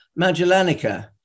magellanica